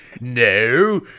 no